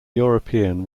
european